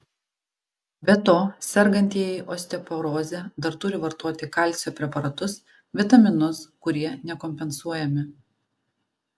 be to sergantieji osteoporoze dar turi vartoti kalcio preparatus vitaminus kurie nekompensuojami